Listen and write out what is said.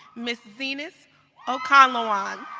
ms. zenas okonlawon.